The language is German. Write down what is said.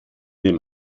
dem